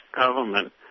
government